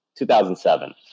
2007